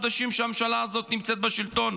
החודשים שהממשלה הזאת נמצאת בשלטון?